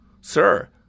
Sir